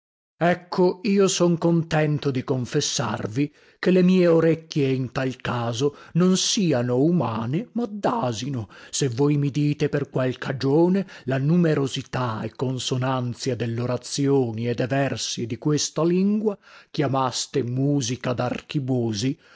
ecco io son contento di confessarvi che le mie orecchie in tal caso non siano umane ma dasino se voi mi dite per qual cagione la numerosità e consonanzia dellorazioni e de versi di questa lingua chiamaste musica